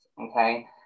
Okay